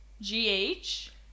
G-H